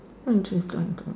what interest